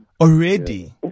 Already